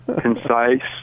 concise